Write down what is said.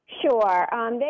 Sure